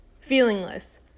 feelingless